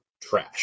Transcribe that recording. trash